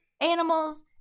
animals